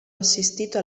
assistito